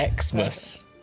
Xmas